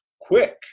quick